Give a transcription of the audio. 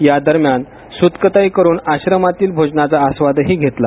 यादरम्यान त्यांनी सूतकताई करुन आश्रमातील भोजनाचा आस्वादही घेतला